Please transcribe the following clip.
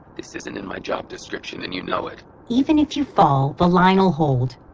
this isn't in my job description and you know it even if you fall, the line will hold.